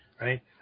right